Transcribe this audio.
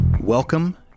Welcome